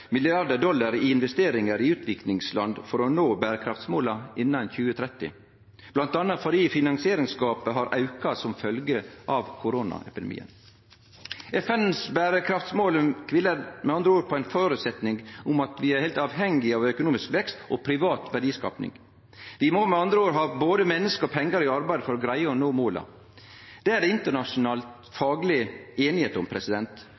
dollar i investeringar i utviklingsland for å nå berekraftsmåla innan 2030, bl.a. fordi finansieringsgapet har auka som følgje av koronapandemien. FNs berekraftsmål kviler med andre ord på ein føresetnad om at vi er heilt avhengige av økonomisk vekst og privat verdiskaping. Vi må med andre ord ha både menneske og pengar i arbeid for å greie å nå måla. Det er det fagleg einigheit om